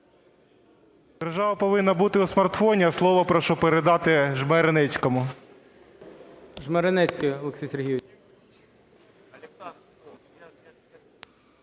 Держава повинна бути у смартфоні. А слово прошу передати Жмеренецькому.